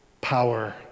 Power